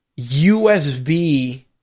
USB